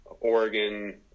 oregon